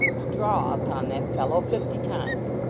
to draw upon that fellow, fifty times.